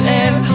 air